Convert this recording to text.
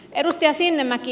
edustaja sinnemäki